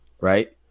right